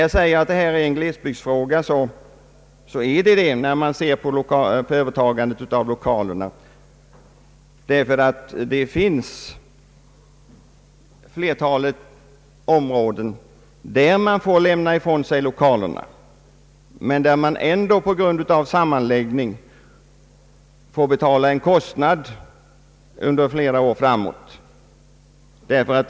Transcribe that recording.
Jag sade att det här är en glesbygdsfråga, och det är det när det gäller 1okalerna. Det finns områden där man får lämna ifrån sig lokalerna men ändå på grund av sammanläggning får betala en kostnad under flera år framåt.